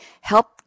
help